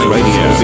Radio